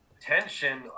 tension